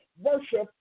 Worship